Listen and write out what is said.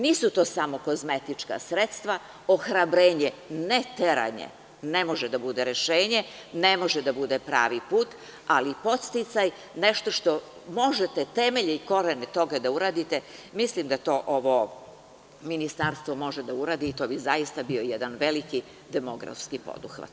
Nisu to samo kozmetička sredstva, ohrabrenje, ne teranje, ne može da bude rešenje, ne može da bude pravi put, ali podsticaj nešto što možete temelje i korene, toga da uradite, mislim da to ovo Ministarstvo može da uradi i to bi zaista bio jedan veliki demografski poduhvat.